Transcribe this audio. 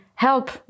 Help